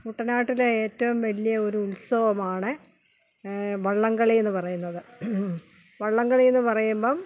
കുട്ടനാട്ടിലെ ഏറ്റവും വലിയ ഒരു ഉത്സവമാണ് വള്ളംകളി എന്ന് പറയുന്നത് വള്ളംകളി എന്ന് പറയുമ്പം